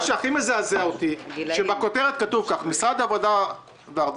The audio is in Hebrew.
מה שהכי מזעזע אותי שבכותרת כתוב שמשרד העבודה והרווחה,